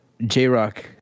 J-Rock